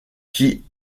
qui